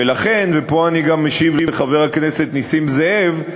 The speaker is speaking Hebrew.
ולכן, ופה אני גם משיב לחבר הכנסת נסים זאב,